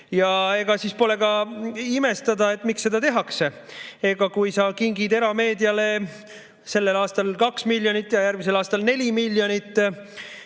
Ega siin ole ka imestada, miks seda tehakse. Kui sa kingid erameediale sellel aastal 2 miljonit ja järgmisel aastal 4 miljonit